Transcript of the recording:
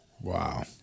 Wow